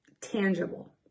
tangible